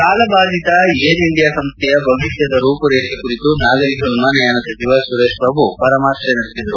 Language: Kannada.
ಸಾಲಬಾಧಿತ ಏರ್ ಇಂಡಿಯಾ ಸಂಸ್ಥೆಯ ಭವಿಷ್ಣದ ರೂಪುರೇಷೆ ಕುರಿತು ನಾಗರಿಕ ವಿಮಾನಯಾನ ಸಚಿವ ಸುರೇತ್ ಪ್ರಭು ಪರಾಮರ್ಶೆ ನಡೆಸಿದರು